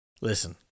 Listen